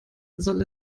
soll